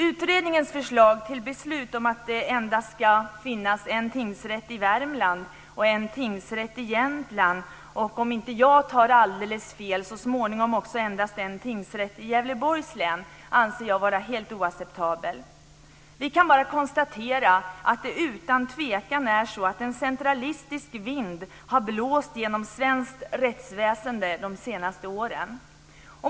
Utredningens förslag till beslut att det endast ska finnas en tingsrätt i Värmland och en tingsrätt i Jämtland, och om jag inte tar alldeles fel så småningom också endast en tingsrätt i Gävleborgs län, anser jag vara oacceptabelt. Vi kan bara konstatera att det utan tvekan är en centralistisk vind som har blåst genom svenskt rättsväsende de senaste åren.